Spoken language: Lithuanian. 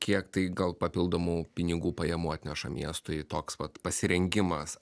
kiek tai gal papildomų pinigų pajamų atneša miestui toks vat pasirengimas